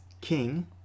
king